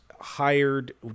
hired